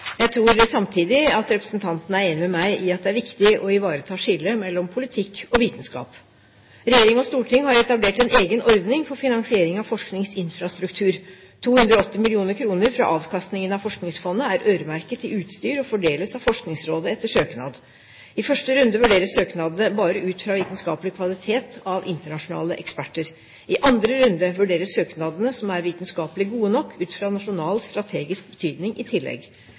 Jeg tror samtidig at representanten er enig med meg i at det er viktig å ivareta skillet mellom politikk og vitenskap. Regjering og storting har etablert en egen ordning for finansiering av forskningsinfrastruktur. 280 mill. kr fra avkastningen av forskningsfondet er øremerket til utstyr og fordeles av Forskningsrådet etter søknad. I første runde vurderes søknadene bare ut fra vitenskapelig kvalitet av internasjonale eksperter. I andre runde vurderes søknadene som er vitenskapelig gode nok, ut fra nasjonal strategisk betydning i tillegg.